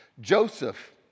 Joseph